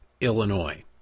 Illinois